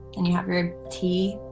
and you have your tea,